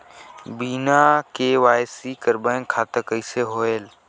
बिना के.वाई.सी कर बैंक खाता कौन होएल?